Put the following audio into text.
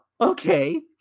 okay